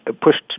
pushed